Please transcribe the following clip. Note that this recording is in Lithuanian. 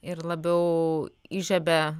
ir labiau įžiebė